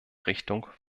richtung